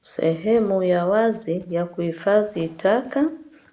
Sehemu ya wazi ya kuhifadhi taka,